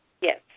Yes